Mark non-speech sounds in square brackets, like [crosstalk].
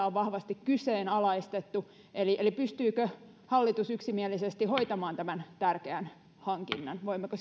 [unintelligible] on vahvasti kyseenalaistettu eli eli pystyykö hallitus yksimielisesti hoitamaan tämän tärkeän hankinnan voimmeko [unintelligible]